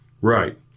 Right